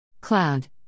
Cloud